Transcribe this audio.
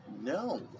No